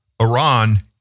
Iran